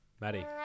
Maddie